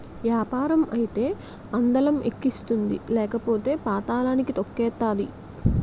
యాపారం అయితే అందలం ఎక్కిస్తుంది లేకపోతే పాతళానికి తొక్కేతాది